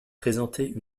présenter